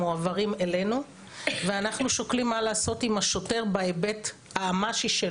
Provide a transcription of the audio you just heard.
מועברים אלינו ואנחנו שוקלים מה לעשות עם השוטר בהיבט האמ"שי,